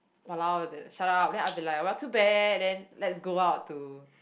!walao! that shut up then I'll be like well too bad then like it's go out to